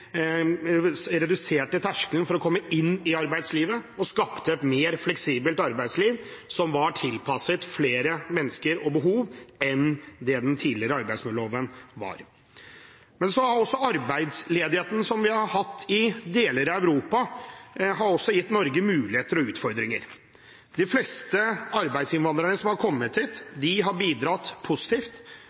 reduserte terskelen for å komme inn i arbeidslivet og skapte et mer fleksibelt arbeidsliv, som er tilpasset flere mennesker og behov enn det den tidligere arbeidsmiljøloven ga rom for. Så har også arbeidsledigheten som vi har hatt i deler av Europa, gitt Norge muligheter og utfordringer. De fleste arbeidsinnvandrerne som har kommet hit, har bidratt positivt. De har bidratt